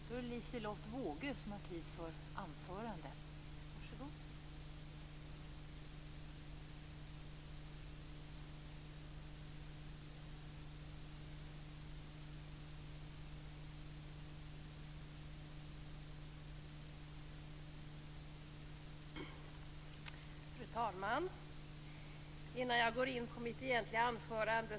Fru talman! Tillåt mig att göra en liten reflexion innan jag går in på mitt egentliga anförande.